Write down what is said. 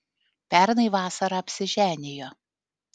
pernai vasarą apsiženijo